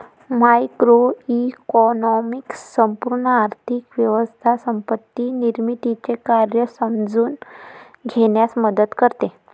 macroeconomics संपूर्ण आर्थिक व्यवस्था संपत्ती निर्मितीचे कार्य समजून घेण्यास मदत करते